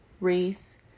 race